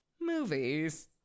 Movies